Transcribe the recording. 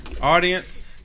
Audience